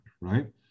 right